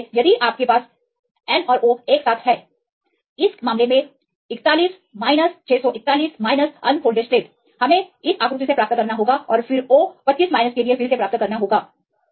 उदाहरण के लिए यदि आप इसके लिए इसे लेते हैं तो हम N और O को एक साथ ले सकते हैं इसलिए इस मामले में 41 641 अनफोल्डेड स्टेट हमें इस आकृति से प्राप्त करना होगा और फिर O 25 के लिए फिर से प्राप्त करना होगा